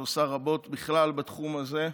שעושה רבות בכלל בתחום הזה,